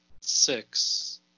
six